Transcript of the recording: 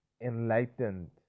enlightened